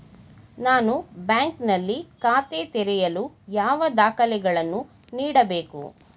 ನಾನು ಬ್ಯಾಂಕ್ ನಲ್ಲಿ ಖಾತೆ ತೆರೆಯಲು ಯಾವ ದಾಖಲೆಗಳನ್ನು ನೀಡಬೇಕು?